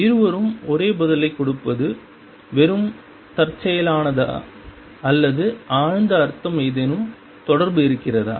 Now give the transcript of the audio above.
இருவரும் ஒரே பதிலைக் கொடுப்பது வெறும் தற்செயலானதா அல்லது ஆழ்ந்த அர்த்தம் ஏதேனும் தொடர்பு இருக்கிறதா